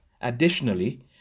Additionally